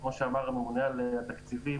כמו שאמר הממונה על התקציבים,